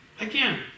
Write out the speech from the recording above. Again